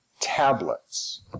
tablets